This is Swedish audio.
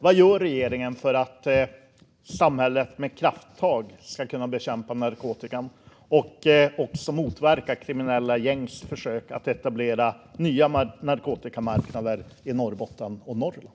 Vad gör regeringen för att samhället med kraft ska kunna bekämpa narkotikan och också motverka kriminella gängs försök att etablera nya narkotikamarknader i Norrbotten och Norrland?